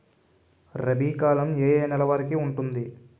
రబీ కాలం ఏ ఏ నెల వరికి ఉంటుంది?